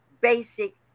basic